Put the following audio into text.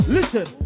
Listen